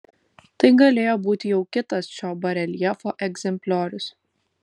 tai galėjo būti jau kitas šio bareljefo egzempliorius